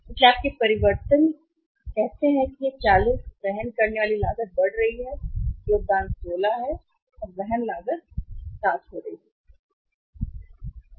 इसलिए आपके परिवर्तन कहते हैं कि यह 40 वहन करने वाली लागत बढ़ रही है योगदान 16 और वहन लागत 7 हो रहा है